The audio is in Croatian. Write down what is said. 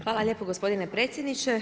Hvala lijepo gospodine predsjedniče.